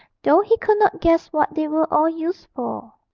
though he could not guess what they were all used for.